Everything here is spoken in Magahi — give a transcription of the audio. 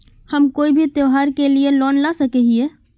हम कोई भी त्योहारी के लिए लोन ला सके हिये?